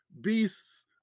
beasts